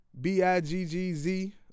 B-I-G-G-Z